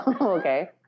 okay